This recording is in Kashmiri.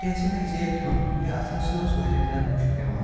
مےٚ ہیٚژاہے کھیوٚن ہے اتھ ہَسا اوس واریاہ زیادٕ مُشک یِوان